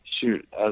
shoot